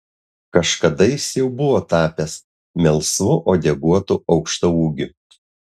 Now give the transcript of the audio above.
kažkada jis jau buvo tapęs melsvu uodeguotu aukštaūgiu